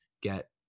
get